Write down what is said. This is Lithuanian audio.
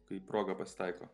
kai proga pasitaiko